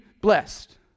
blessed